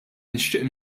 nixtieq